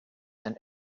and